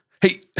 Hey